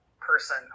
person